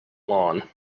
lawn